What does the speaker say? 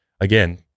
again